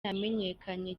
yamenyekanye